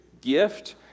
gift